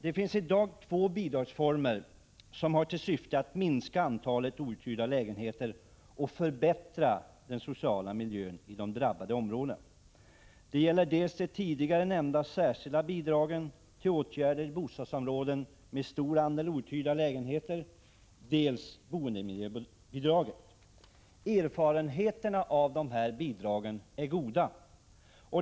Det finns i dag två bidragsformer som har till syfte att minska antalet outhyrda lägenheter och förbättra den sociala miljön i de drabbade områdena. Det gäller dels de tidigare nämnda särskilda bidragen till åtgärder i bostadsområden med stor andel outhyrda lägenheter, dels boendemiljöbidrag. Erfarenheterna av dessa bidrag är goda.